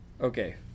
Okay